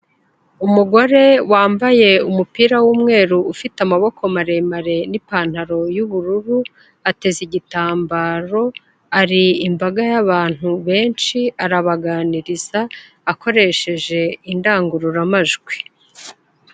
Umugore wambaye umupira w'umweru ufite amaboko maremare n'ipantaro y'ubururu, ateze igitambaro, hari imbaga y'abantu benshi, arabaganiriza akoresheje indangururamajwi.